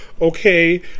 okay